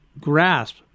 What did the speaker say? grasp